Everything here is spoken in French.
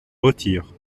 retire